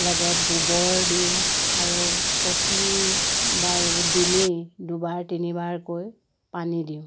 লগত গোবৰ দিওঁ আৰু প্ৰতিবাৰ দিনেই দুবাৰ তিনিবাৰকৈ পানী দিওঁ